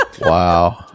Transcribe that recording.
Wow